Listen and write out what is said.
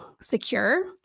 secure